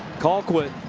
colquitt.